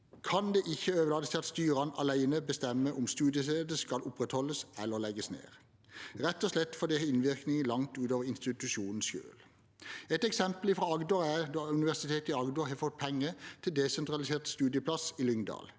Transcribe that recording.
kan det ikke overlates til styrene alene å bestemme om studiesteder skal opprettholdes eller legges ned – rett og slett fordi det har innvirkninger langt utover institusjonen selv. Et eksempel fra Agder er da Universitetet i Agder fikk penger til desentralisert studieplass i Lyngdal